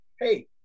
Hey